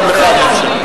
גם לך אאפשר.